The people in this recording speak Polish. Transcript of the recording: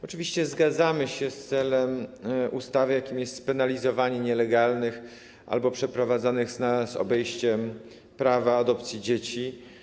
Oczywiście zgadzamy się z celem ustawy, jakim jest spenalizowanie nielegalnych albo przeprowadzanych z obejściem prawa adopcji dzieci.